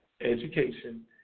education